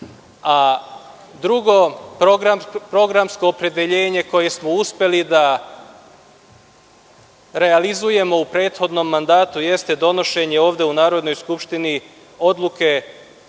Drugo, programsko opredeljenje koje smo uspeli da realizujemo u prethodnom mandatu jeste donošenje, ovde u Narodnoj skupštini odluke,